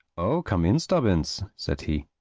oh come in, stubbins, said he,